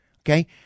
okay